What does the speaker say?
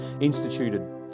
instituted